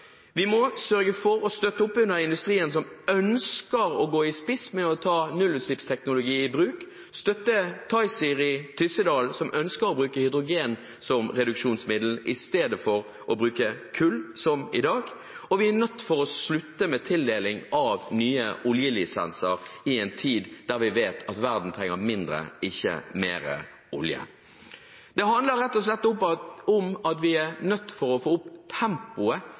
Vi må sørge for å støtte opp under industrien som ønsker å gå i spiss når det gjelder å ta nullutslippsteknologi i bruk – støtte TiZir i Tyssedal, som ønsker å bruke hydrogen som reduksjonsmiddel istedenfor å bruke kull, som i dag. Vi er nødt til å slutte med tildeling av nye oljelisenser i en tid der vi vet at verden trenger mindre olje, ikke mer. Det handler rett og slett om at vi er nødt til å få opp tempoet